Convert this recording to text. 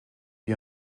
wie